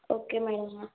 okay madam